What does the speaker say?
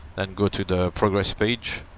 then go to the progress page,